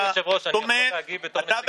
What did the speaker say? אז אנחנו מצביעים על העברת ההצעה לסדר-היום בנושא: